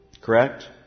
Correct